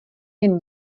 jen